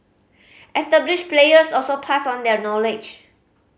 established players also pass on their knowledge